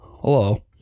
Hello